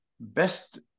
best